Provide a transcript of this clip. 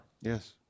Yes